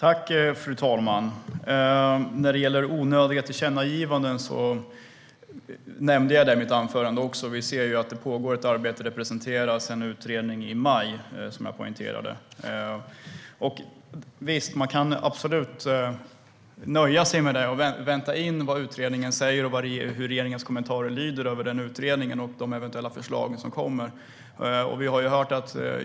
Fru talman! Krister Hammarbergh talar om onödiga tillkännagivanden. Jag nämnde faktiskt i mitt anförande att det pågår ett arbete och att det presenteras en utredning i maj. Visst kan man nöja sig med det och vänta in vad utredningen säger, hur regeringens kommentarer lyder och de eventuella förslag som kommer.